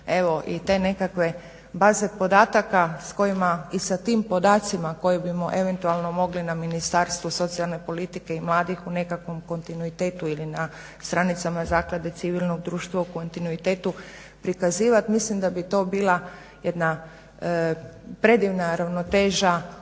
i te nekakve baze podataka s kojima i sa tim podacima koji bimo eventualno mogli na Ministarstvo socijalne politike i mladih u nekakvom kontinuitetu ili na stranicama zaklade civilnog društva u kontinuitetu prikazivat, mislim da bi to bila jedna predivna ravnoteža